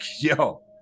Yo